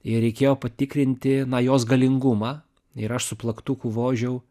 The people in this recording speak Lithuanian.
ir reikėjo patikrinti na jos galingumą ir aš su plaktuku vožiau